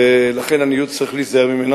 ולכן, עניות, צריך להיזהר ממנה.